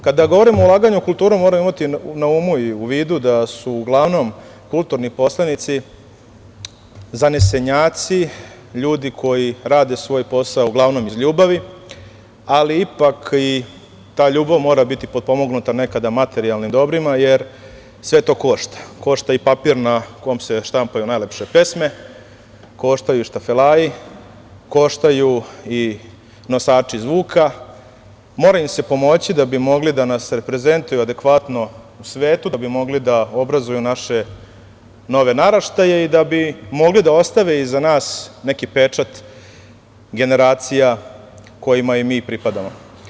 Kada govorimo o ulaganju u kulturu moramo imati na umu i u vidu da su uglavnom kulturni poslanici zanesenjaci, ljudi koji rade svoj posao uglavnom iz ljubavi, ali ipak i ta ljubav mora biti potpomognuta nekada materijalnim dobrima, jer sve to košta, košta i papir na kom se štampaju najlepše pesme, koštaju štafelaji, koštaju i nosači zvuka, mora im se pomoći da bi mogli da nas reprezentuju adekvatno u svetu da bi mogli da obrazuju naše nove naraštaje i da bi mogli da ostave iza nas neki pečat generacija kojima i mi pripadamo.